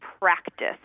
practice